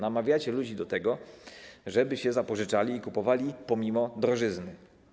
Namawiacie ludzi do tego, żeby się zapożyczali i kupowali pomimo drożyzny.